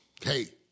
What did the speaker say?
Hey